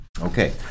Okay